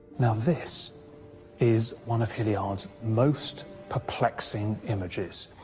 now, this is one of hilliard's most perplexing images.